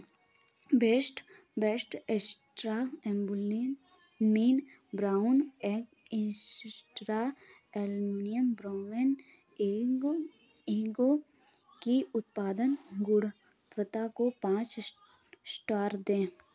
best best एस्ट्रा एम्बुलिन मीन ब्राउन एग एसेस्ट्रा एल्मुनियम ब्रौमिन एग एग की उत्पादन गुणत्वता को पाँच स्टार दें